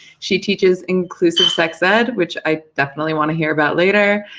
she teaches inclusive sex ed which i definitely want to hear about later.